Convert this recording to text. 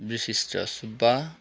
विशिष्ट सुब्बा